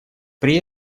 при